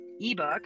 ebook